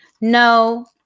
No